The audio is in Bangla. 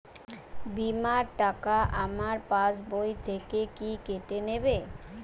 বিমার টাকা আমার পাশ বই থেকে কি কেটে নেবে?